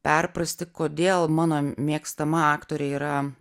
perprasti kodėl mano mėgstama aktorė yra